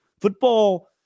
football